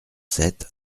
sept